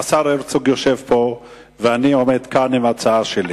השר הרצוג יושב פה ואני עומד כאן עם ההצעה שלי.